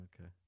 Okay